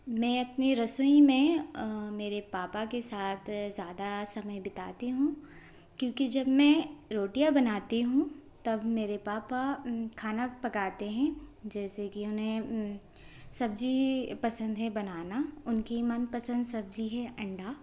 मैं अपने रसोई में मेरे पापा के साथ ज़्यादा समय बिताती हूँ क्योंकि जब मैं रोटियाँ बनाती हूँ तब मेरे पापा खाना पकाते हैं जैसे कि उन्हें सब्ज़ी पसंद है बनाना उनकी मनपसंद सब्ज़ी है अंडा